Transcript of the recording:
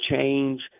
change